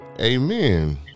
amen